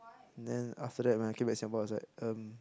then after that when I came back Singapore I was like um